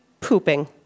pooping